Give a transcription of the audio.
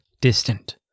distant